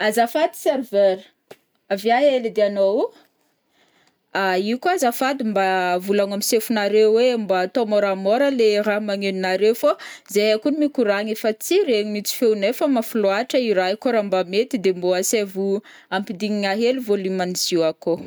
Azafady serveur, avia hely edy anao o, io koa azafady mba volagno am sefonaré hoe mba atao moramora le raha magnenonareo fao zahay kony mikoragna de efa tsy regny feonay fao mafy loatra i raha i, kô raha mba mety de mbô asaivo ampidignigna hely volume an'izy io akao.